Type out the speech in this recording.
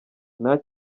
nta